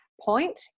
point